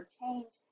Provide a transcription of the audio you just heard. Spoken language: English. change